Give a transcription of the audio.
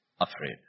afraid